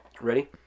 Ready